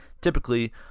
Typically